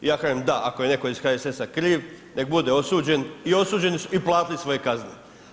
Ja kažem da, ako je netko iz HSS-a kriv, neka bude osuđen i osuđeni su i platili svoje kazne.